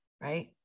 right